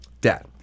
Dad